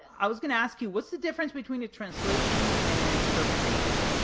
i was going to ask you, what's the difference between a translation and an interpretation?